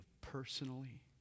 personally